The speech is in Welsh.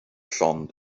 llond